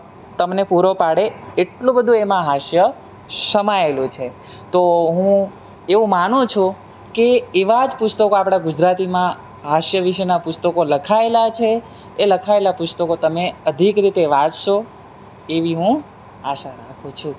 તમને પૂરો પાડે એટલું બધુ એમાં હાસ્ય સમાએલું છે તો હું એવું માનું છું કે એવા જ પુસ્તકો આપણા ગુજરાતીમાં હાસ્ય વિશેના પુસ્તકો લખાએલા છે એ લખાએલા પુસ્તકો તમે અધિક રીતે વાંચશો એવી હું આશા રાખું છું